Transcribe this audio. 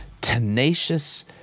tenacious